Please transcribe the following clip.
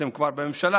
אתם כבר בממשלה.